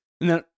Now